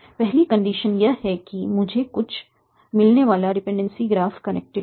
पहली कंडीशन यह है कि मुझे मिलने वाला डिपेंडेंसी ग्राफ कनेक्टेड है